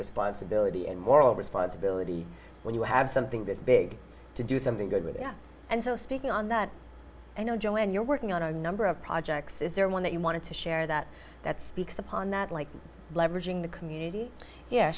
responsibility and moral responsibility when you have something this big to do something good with it and so speaking on that i know joanne you're working on a number of projects is there one that you wanted to share that that speaks upon that like leveraging the community yeah